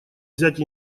взять